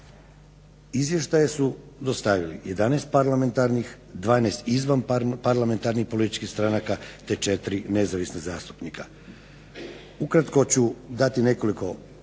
Izvještaje su dostavili 11 parlamentarnih, 12 izvanparlamentarnih političkih stranaka, te 4 nezavisna zastupnika. Ukratko ću dati nekoliko osnovnih